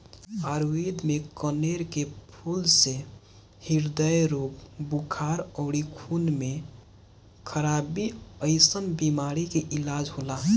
आयुर्वेद में कनेर के फूल से ह्रदय रोग, बुखार अउरी खून में खराबी जइसन बीमारी के इलाज होला